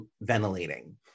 ventilating